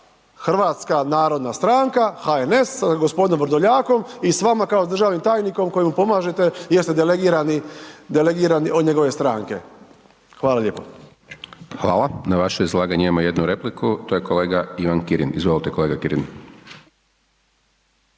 Hrvatska narodna stranka, HNS s g. Vrdoljakom i s vama kao s državnim tajnikom koji mu pomažete jer ste delegirani od njegove stranke. Hvala lijepo. **Hajdaš Dončić, Siniša (SDP)** Hvala. Na vaše izlaganje imamo jednu repliku. To je kolega Ivan Kirin. Izvolite kolega Kirin.